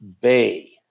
bay